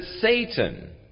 Satan